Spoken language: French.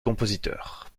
compositeur